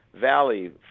Valley